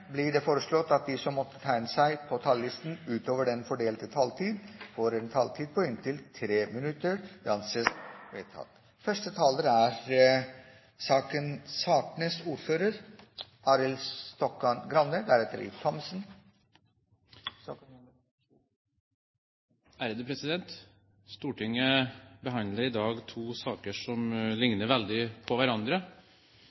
blir det foreslått at de som måtte tegne seg på talerlisten utover den fordelte taletid, får en taletid på inntil 3 minutter. – Det anses vedtatt. Stortinget behandler i dag to saker som